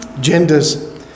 genders